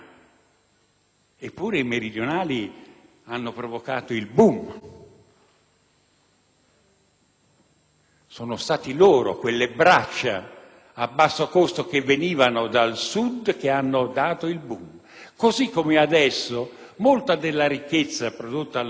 sono stati loro, quelle braccia a basso costo che venivano dal Sud che hanno reso possibile il *boom* economico, così come adesso molta della ricchezza prodotta al Nord nelle Regioni della Lega è stata portata proprio dagli immigrati,